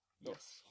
Yes